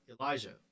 Elijah